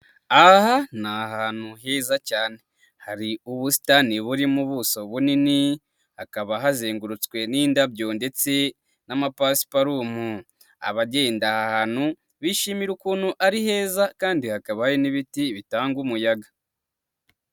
Aha ni ahantu heza cyane, hari ubusitani burimo ubuso bunini, hakaba hazengurutswe n'indabyo ndetse n'amapasiparumu, abagenda aha hantu, bishimira ukuntu ari heza kandi hakaba ari n'ibiti bitanga umuyaga.